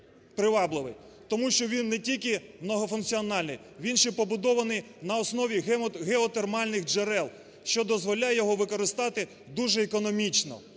Тому що він не тількимногофункціональний, він ще побудований на основі геотермальних джерел, що дозволяє його використовувати дуже економічно.